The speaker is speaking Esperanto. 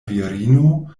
virino